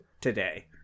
today